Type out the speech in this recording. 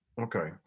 Okay